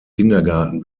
kindergarten